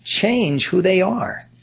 change who they are.